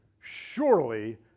surely